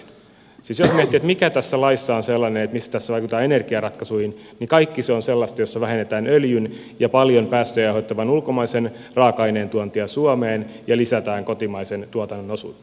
siis jos miettii mikä tässä laissa on sellaista millä tässä vaikutetaan energiaratkaisuihin niin kaikki on sellaista millä vähennetään öljyn ja paljon päästöjä aiheuttavan ulkomaisen raaka aineen tuontia suomeen ja lisätään kotimaisen tuotannon osuutta